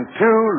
two